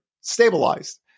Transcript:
stabilized